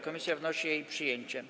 Komisja wnosi o jej przyjęcie.